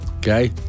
Okay